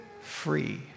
free